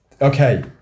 Okay